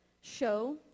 show